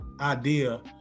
idea